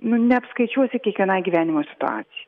nu neapskaičiuosi kiekvienai gyvenimo situacijai